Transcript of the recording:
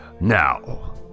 Now